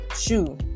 shoe